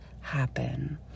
happen